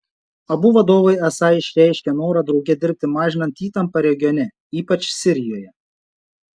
abu vadovai esą išreiškė norą drauge dirbti mažinant įtampą regione ypač sirijoje